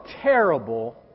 terrible